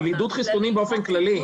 על עידוד חיסונים באופן כללי.